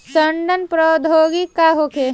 सड़न प्रधौगिकी का होखे?